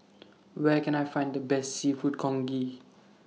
Where Can I Find The Best Seafood Congee